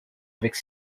avec